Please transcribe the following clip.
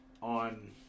on